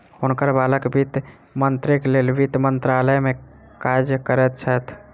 हुनकर बालक वित्त मंत्रीक लेल वित्त मंत्रालय में काज करैत छैथ